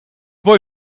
boy